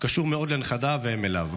קשור מאוד לנכדיו והם אליו.